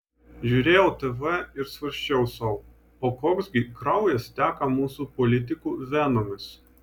žiūrėjau tv ir svarsčiau sau o koks gi kraujas teka mūsų politikų venomis